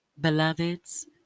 Beloveds